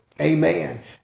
Amen